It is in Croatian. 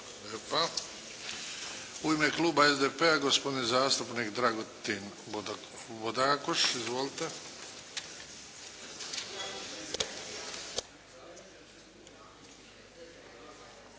U ime kluba SDP-a gospodin zastupnik Dragutin Bodakoš. Izvolite.